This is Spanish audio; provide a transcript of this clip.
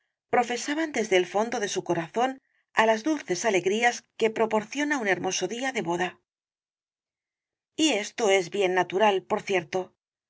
profesaban desde el fondo de su corazón á las dulces alegrías que proporciona un hermoso día de boda y esto es bien natural por cierto